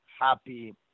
happy